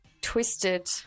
twisted